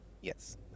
yes